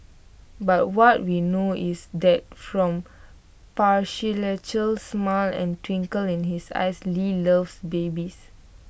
but what we know is that from patriarchal smile and twinkle in his eyes lee loves babies